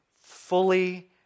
fully